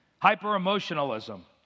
Hyper-emotionalism